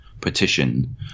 petition